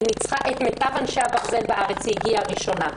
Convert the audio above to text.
היא ניצחה את מיטב אנשי הברזל בארץ והגיעה ראשונה.